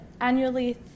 annually